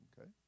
Okay